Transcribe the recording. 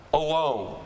alone